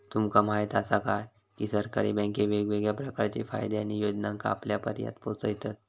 तुमका म्हायत आसा काय, की सरकारी बँके वेगवेगळ्या प्रकारचे फायदे आणि योजनांका आपल्यापर्यात पोचयतत